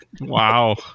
Wow